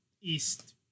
East